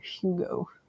Hugo